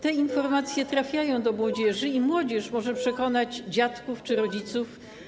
Te informacje trafiają do młodzieży i młodzież może przekonać do tego dziadków czy rodziców.